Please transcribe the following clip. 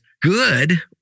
good